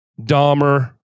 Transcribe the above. Dahmer